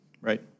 Right